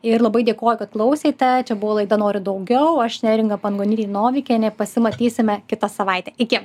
ir labai dėkoju kad klausėte čia buvo laida noriu daugiau aš neringa pangonytė novikienė pasimatysime kitą savaitę iki